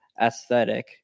aesthetic